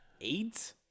Aids